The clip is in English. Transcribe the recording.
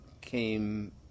came